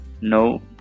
no